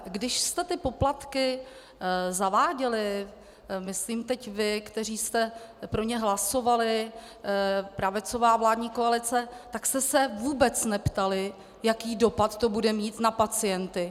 Když jste ty poplatky zaváděli, myslím teď vy, kteří jste pro ně hlasovali, pravicová vládní koalice, tak jste se vůbec neptali, jaký dopad to bude mít na pacienty.